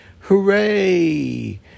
Hooray